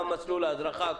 מה מסלול ההדרכה,